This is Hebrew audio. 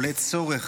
עולה צורך